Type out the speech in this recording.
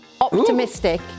Optimistic